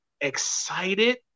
excited